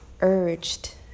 urged